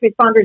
responders